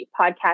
podcast